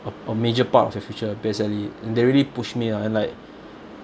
a a major part of your future P_S_L_E and they really pushed me lah and like